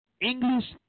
English